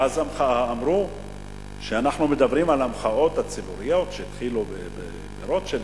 ואז אמרו שאנחנו מדברים על המחאות הציבוריות שהתחילו ברוטשילד,